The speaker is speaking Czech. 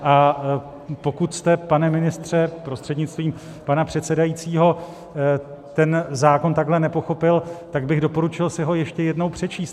A pokud jste, pane ministře prostřednictvím pana předsedajícího, ten zákon takhle nepochopil, tak bych doporučil si ho ještě jednou přečíst.